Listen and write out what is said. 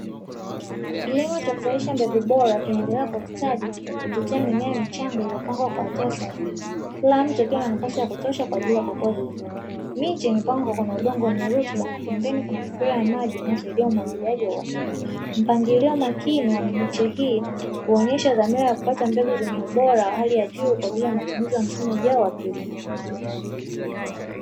Kilimo cha kuzalisha mbegu bora kinaendelea kwa ustadi kupitia mimea michanga iliyopangwa kwa hatua sahihi. Kila mti ukiwa na nafasi ya kutosha kwa ajili ya kukua vizuri. Miti imepangwa kwenye udongo wenye rutuba na pembeni kuna mipira ya maji inayosaidia umwagiliaji wa kileo. Uangalizi makini wa mimea hii unaonyesha dhamira ya kupata mbegu zenye ubora wa hali ya juu kwa ajili ya matumizi ya msimu ujao wa kilimo.